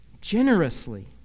generously